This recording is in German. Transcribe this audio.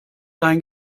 dein